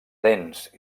dents